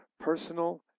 personal